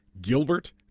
Gilbert